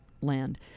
land